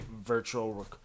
virtual